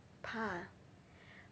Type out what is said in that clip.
怕 ah